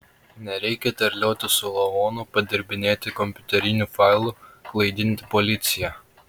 nereikia terliotis su lavonu padirbinėti kompiuterinių failų klaidinti policiją